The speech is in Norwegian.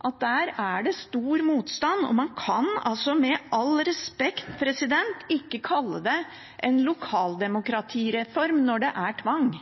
at der er det stor motstand. Man kan med all respekt ikke kalle det en lokaldemokratireform når det er tvang.